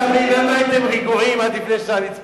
למה הייתם רגועים עד לפני שעליתי לבמה?